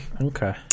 Okay